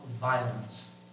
violence